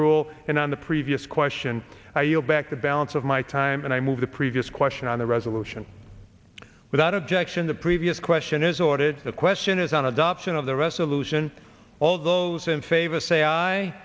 rule and on the previous question are you back the balance of my time and i move the previous question on the resolution without objection the previous question is ordered the question is on adoption of the resolution all those in favor say